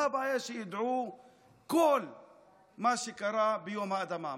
מה הבעיה שידעו את כל מה שקרה ביום האדמה?